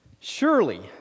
Surely